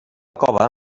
cova